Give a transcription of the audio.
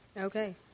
Okay